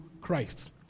Christ